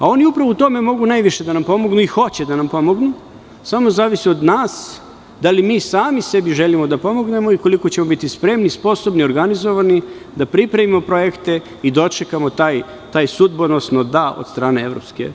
Oni upravo u tome mogu najviše da nam pomognu i hoće da nam pomognu, samo zavisi od nas da li mi sami sebi želimo da pomognemo i koliko ćemo biti spremni, sposobni, organizovani da pripremimo projekte i dočekamo to sudbonosno – da, od strane EU.